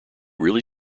really